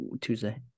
Tuesday